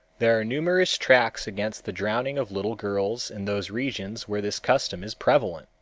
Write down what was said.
there are numerous tracts against the drowning of little girls in those regions where this custom is prevalent.